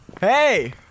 Hey